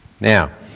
Now